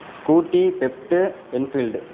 scooty pep Enfield